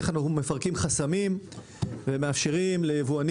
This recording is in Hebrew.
כמו איך אנחנו מפרקים חסמים ומאפשרים ליבואנים